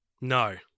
No